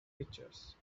pictures